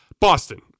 Boston